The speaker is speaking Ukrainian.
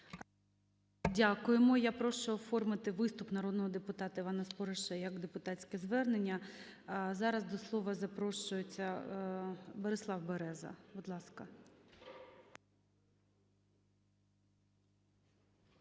Дякуємо. Я прошу оформити виступ народного депутата Івана Спориша як депутатське звернення. Зараз до слова запрошується Борислав Береза, будь ласка.